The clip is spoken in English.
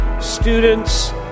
students